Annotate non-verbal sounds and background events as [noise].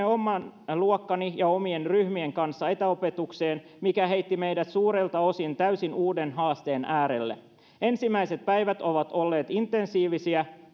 [unintelligible] oman luokkani ja omien ryhmieni kanssa etäopetukseen mikä heitti meidät suurelta osin täysin uuden haasteen äärelle ensimmäiset päivät ovat olleet intensiivisiä [unintelligible]